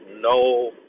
no